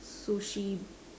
Sushi